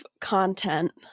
content